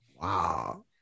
Wow